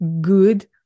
good